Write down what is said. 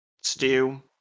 Stew